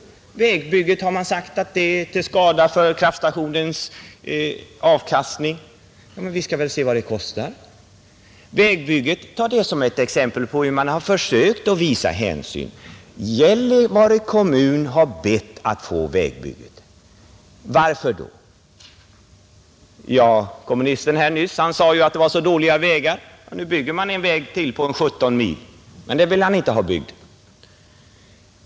Om vägbygget har man sagt att det är till skada för kraftstationens avkastning. Ja, men vi skall väl se vad det kostar. Vägbygget — ta det som ett exempel på hur man har försökt att visa hänsyn! Gällivare kommun har bett att få vägbygget. Varför det? Ja, kommunisten som talade nyss sade att det var så dåliga vägar. Nu bygger man en väg till på ca 17 mil, men den vill han inte ha byggd.